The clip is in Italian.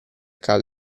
caso